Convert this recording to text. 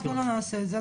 אנחנו לא נעשה את זה.